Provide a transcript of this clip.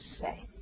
say